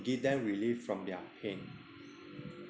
give them relief from their pain